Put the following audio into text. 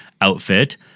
Outfit